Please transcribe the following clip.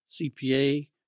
CPA